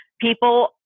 people